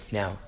now